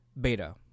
beta